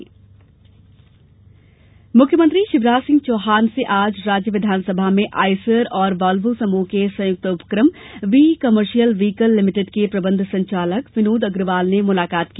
CM मुलाकात मुख्यमंत्री शिवराज सिंह चौहान से आज राज्य विधानसभा में आयसर और वाल्वो समूह के संयुक्त उपक्रम वीई कमर्शियल व्हीकल लिमिटेड के प्रबंध संचालक विनोद अग्रवाल ने मुलाकात की